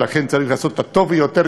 ולכן צריך לעשות את הטוב ביותר,